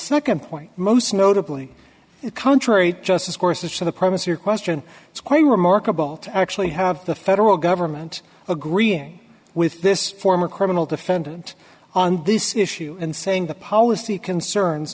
second point most notably contrary justice courses to the promisor question it's quite remarkable to actually have the federal government agreeing with this former criminal defendant on this issue and saying the policy concerns